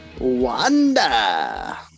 Wanda